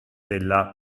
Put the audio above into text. della